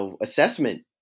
assessment